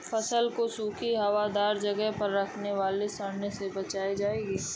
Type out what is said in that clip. फसल को सूखी, हवादार जगह पर रखने से वह सड़ने से बच जाएगी